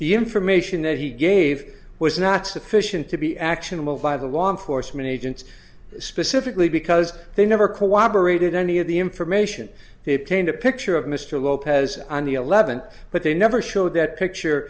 the information that he gave was not sufficient to be actionable by the law enforcement agents specifically because they never cooperated any of the information they obtained a picture of mr lopez on the eleventh but they never showed that picture